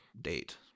date